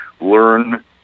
learn